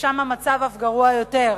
ושם המצב אף גרוע יותר,